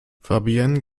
fabienne